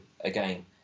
again